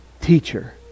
teacher